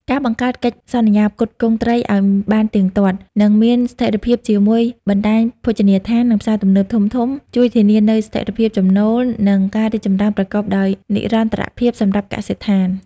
ការបង្កើតកិច្ចសន្យាផ្គត់ផ្គង់ត្រីឱ្យបានទៀងទាត់ និងមានស្ថិរភាពជាមួយបណ្ដាញភោជនីយដ្ឋាន និងផ្សារទំនើបធំៗ ជួយធានានូវស្ថិរភាពចំណូល និងការរីកចម្រើនប្រកបដោយនិរន្តរភាពសម្រាប់កសិដ្ឋាន។